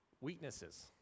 weaknesses